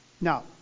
Now